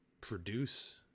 produce